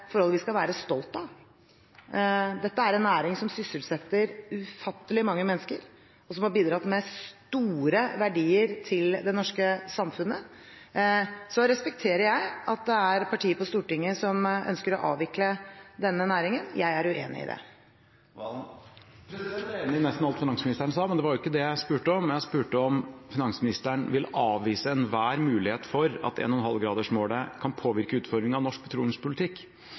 forhold vi skal være stolt av. Dette er en næring som sysselsetter ufattelig mange mennesker, og som har bidratt med store verdier til det norske samfunnet. Så respekterer jeg at det er partier på Stortinget som ønsker å avvikle denne næringen. Jeg er uenig i det. Jeg er enig i nesten alt finansministeren sa, men det var ikke det jeg spurte om. Jeg spurte om finansministeren vil avvise enhver mulighet for at 1,5-gradersmålet kan påvirke utformingen av norsk petroleumspolitikk.